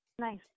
Nice